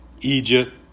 Egypt